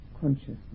consciousness